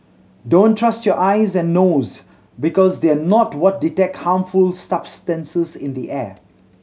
don't trust your eyes and nose because they are not what detect harmful substances in the air